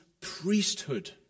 priesthood